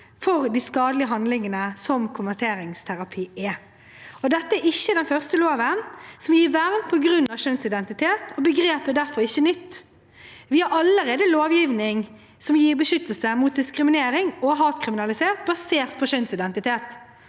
for de skadelige handlingene som konverteringsterapi er. Dette er ikke den første loven som gir vern på grunn av kjønnsidentitet, og begrepet er derfor ikke nytt. Vi har allerede lovgivning som gir beskyttelse mot diskriminering og hatkriminalitet basert på kjønnsidentitet,